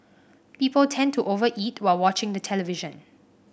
people tend to over eat while watching the television